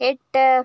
എട്ട്